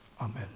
Amen